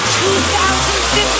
2015